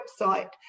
website